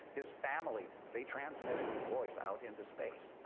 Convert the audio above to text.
his family, they transmitted his voice out into space.